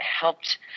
helped